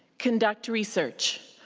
conduct research,